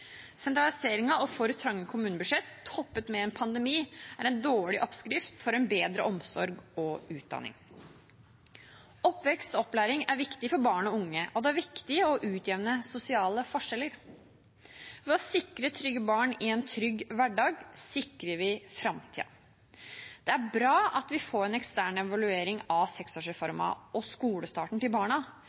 Sentraliseringen og for trange kommunebudsjetter – toppet med en pandemi – er en dårlig oppskrift for en bedre omsorg og utdanning. Oppvekst og opplæring er viktig for barn og unge, og det er viktig å utjevne sosiale forskjeller. Ved å sikre trygge barn i en trygg hverdag sikrer vi framtiden. Det er bra at vi får en ekstern evaluering av seksårsreformen og skolestarten til barna,